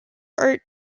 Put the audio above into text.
art